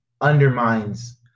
undermines